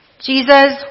Jesus